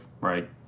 right